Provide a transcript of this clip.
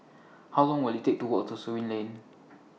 How Long Will IT Take to Walk to Surin Lane